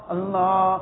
Allah